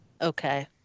Okay